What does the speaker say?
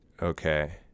Okay